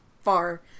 far